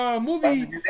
movie